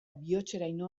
bihotzeraino